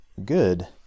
good